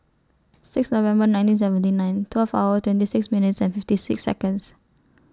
six November nineteen seventy nine twelve hour twenty six minutes and fifty six Seconds